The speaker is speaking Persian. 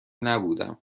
نبودم